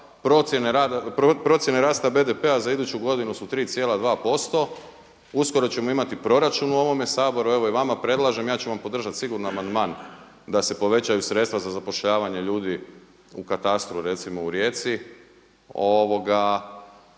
procjene rasta BDP-a za iduću godinu su 3,2%. Uskoro ćemo imati proračun u ovome Saboru, evo i vama predlažem ja ću vam podržati sigurno amandman da se povećaju sredstva za zapošljavanje ljudi u katastru recimo u Rijeci